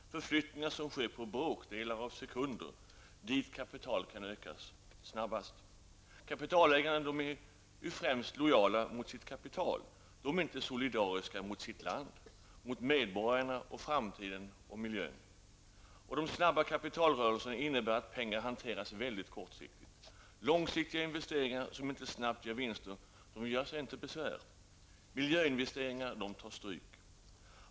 Förflyttningarna sker på bråkdelar av sekunder dit kapitalet kan förökas snabbast. Kapitalägarna är främst lojala mot sitt kapital. De är inte solidariska mot sitt land, mot medborgarna, framtiden och miljön. De snabba kapitalrörelserna innebär att pengar hanteras väldigt kortsiktigt. Långsiktiga investeringar som inte snabbt ger vinster göre sig inte besvär. Miljöinvesteringar tar stryk.